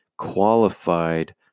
qualified